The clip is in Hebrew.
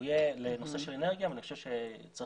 הוא יהיה לנושא של אנרגיה ואני חושב שצריך